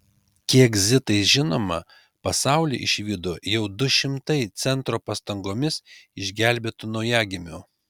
kiek zitai žinoma pasaulį išvydo jau du šimtai centro pastangomis išgelbėtų naujagimių